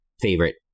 favorite